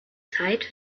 zeit